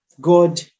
God